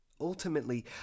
Ultimately